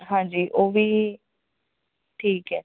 ਹਾਂਜੀ ਉਹ ਵੀ ਠੀਕ ਹੈ